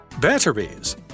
batteries